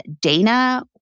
Dana